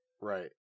Right